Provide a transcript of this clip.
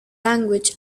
language